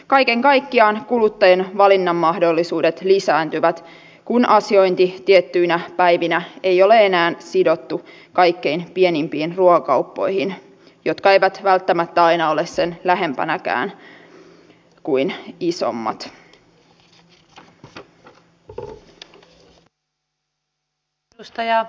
kaiken kaikkiaan kuluttajien valinnanmahdollisuudet lisääntyvät kun asiointi tiettyinä päivinä ei ole enää sidottu kaikkein pienimpiin ruokakauppoihin jotka eivät välttämättä aina ole sen lähempänäkään kuin isommat